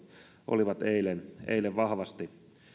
olivat eilen eilen vahvasti